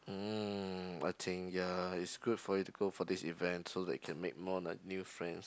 mm I think ya is good for you to go for this event so that can make more like new friends